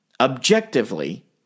objectively